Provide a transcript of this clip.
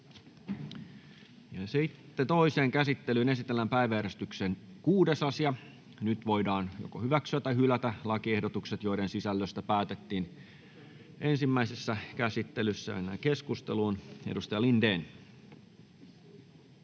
Content: Toiseen käsittelyyn esitellään päiväjärjestyksen 7. asia. Nyt voidaan hyväksyä tai hylätä lakiehdotukset, joiden sisällöstä päätettiin ensimmäisessä käsittelyssä. Keskusteluun. — Edustaja Kiljunen,